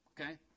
okay